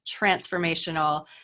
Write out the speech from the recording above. transformational